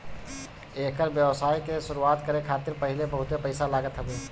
एकर व्यवसाय के शुरुआत करे खातिर पहिले बहुते पईसा लागत हवे